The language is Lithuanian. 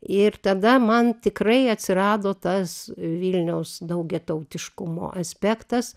ir tada man tikrai atsirado tas vilniaus daugiatautiškumo aspektas